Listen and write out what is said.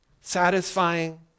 satisfying